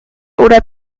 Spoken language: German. oder